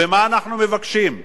ומה אנחנו מבקשים?